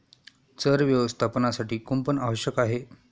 चर व्यवस्थापनासाठी कुंपण आवश्यक आहे